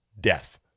death